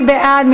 מי בעד?